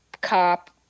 cop